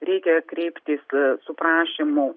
reikia kreiptis su prašymu